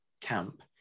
camp